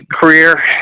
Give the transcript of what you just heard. career